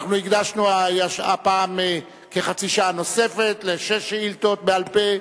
אנחנו הקדשנו הפעם כחצי שעה נוספת לשש שאילתות בעל-פה,